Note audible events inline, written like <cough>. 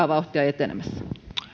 <unintelligible> vauhtia etenemässä